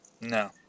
No